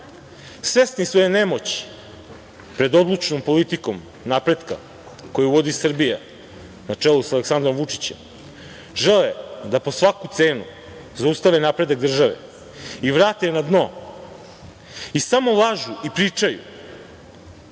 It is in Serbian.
svesni svoje nemoći pred odlučnom politikom napretka koju vodi Srbija na čelu sa Aleksandrom Vučićem, žele da po svaku cenu zaustave napredak države i vrate je na dno i samo lažu i pričaju,